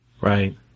Right